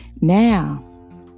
Now